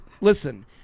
listen